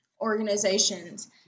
organizations